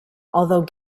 although